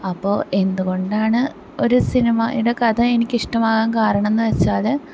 അപ്പോൾ എന്തുകൊണ്ടാണ് ഒരു സിനിമയുടെ കഥ എനിക്കിഷ്ടമാകാൻ കാരണമെന്ന് വെച്ചാൽ